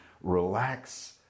Relax